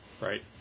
Right